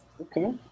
Okay